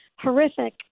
horrific